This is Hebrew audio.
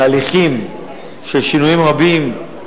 התהליכים של שינויים רבים,